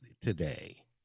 today